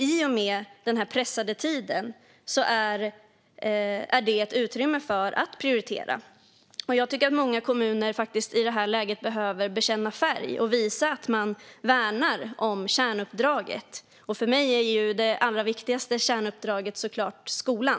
I denna pressade tid ger det ett utrymme att prioritera. Jag tycker att många kommuner i detta läge behöver bekänna färg och visa att de värnar kärnuppdraget. För mig är det allra viktigaste kärnuppdraget förstås skolan.